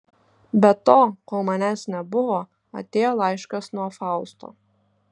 be to kol manęs nebuvo atėjo laiškas nuo fausto